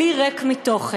כלי ריק מתוכן.